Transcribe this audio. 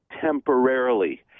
temporarily